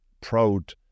proud